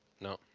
No